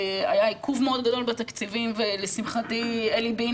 היה עיכוב מאוד גדול בתקציבים ולשמחתי אלי בין